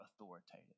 authoritative